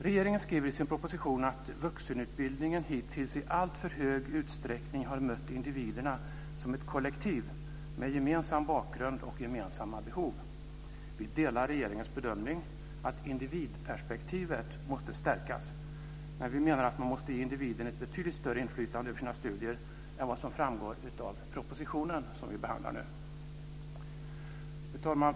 Regeringen skriver i sin proposition att "vuxenutbildningen hittills i alltför hög utsträckning har mött individerna som ett kollektiv med gemensam bakgrund och gemensamma behov". Vi delar regeringens bedömning att individperspektivet måste stärkas, men vi menar att man måste ge individen ett betydligt större inflytande över sina studier än vad som framgår av den proposition som vi behandlar nu. Fru talman!